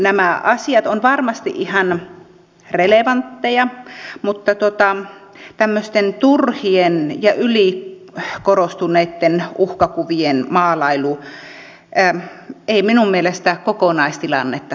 nämä asiat ovat varmasti ihan relevantteja mutta tämmöisten turhien ja ylikorostuneitten uhkakuvien maalailu ei minun mielestäni kokonaistilannetta suomessa paranna